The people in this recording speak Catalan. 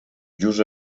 just